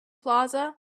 plaza